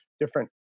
different